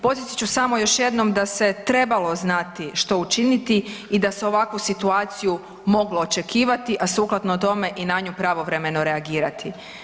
Podsjetit ću samo još jednom da se trebalo znati što učiniti i da se ovakvu situaciju moglo očekivati, a sukladno tome i na nju pravovremeno reagirati.